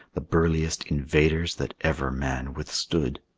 the burliest invaders that ever man withstood.